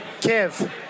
Kev